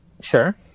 Sure